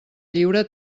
lliure